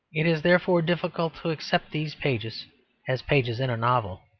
it is therefore difficult to accept these pages as pages in a novel,